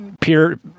Peer